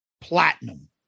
platinum